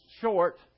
short